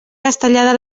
castellar